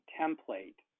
template